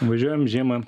važiuojam žiemą